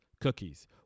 cookies